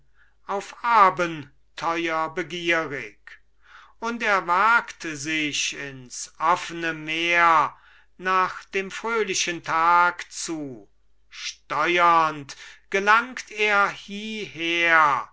auf abenteuer begierig und er wagt sich ins offene meer nach dem fröhlichen tag zu steuernd gelangt er hieher